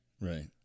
Right